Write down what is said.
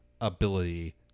ability